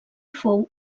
fou